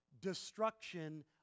destruction